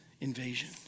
invasion